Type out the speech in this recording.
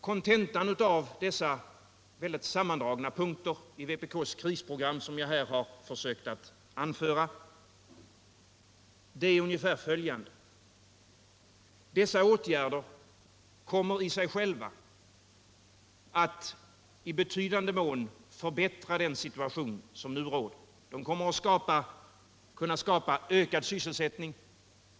Kontentan av dessa starkt sammandragna punkter i vpk:s krisprogram som jag här har anfört är ungefär följande: De föreslagna åtgärderna kommer i sig själva att i betydande mån förbättra den situation som nu råder. De kommer att skapa ökad sysselsättning.